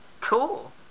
Cool